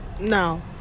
No